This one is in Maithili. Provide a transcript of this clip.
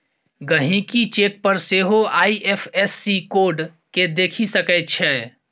गहिंकी चेक पर सेहो आइ.एफ.एस.सी कोड केँ देखि सकै छै